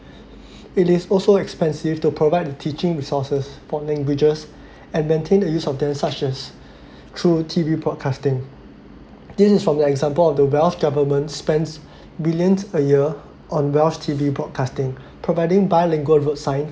it is also expensive to provide the teaching resources for languages and maintain the use of them such as through T_V broadcasting this is from the example of the welsh government spends billions a year on welsh T_V broadcasting providing bilingual road sign